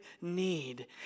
need